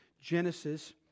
Genesis